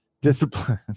Discipline